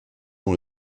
dans